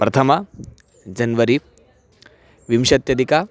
प्रथमं जन्वरि विंशत्यधिक